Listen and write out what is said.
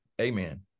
Amen